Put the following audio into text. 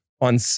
on